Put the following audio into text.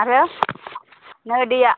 आरो नै दैया